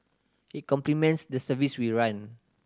it complements the service we run